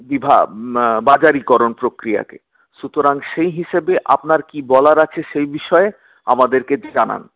বিভা বাজারীকরণ প্রক্রিয়াকে সুতরাং সেই হিসাবে আপনার কি বলার আছে সেই বিষয়ে আমাদেরকে জানান